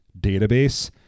database